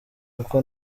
kuko